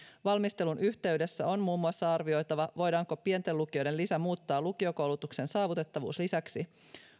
valmistelun yhteydessä on muun muassa arvioitava voidaanko pienten lukioiden lisä muuttaa lukiokoulutuksen saavutettavuuslisäksi